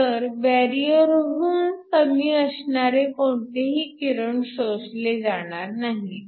तर बॅरिअरहुन कमी असणारे कोणतेही किरण शोषले जाणार नाहीत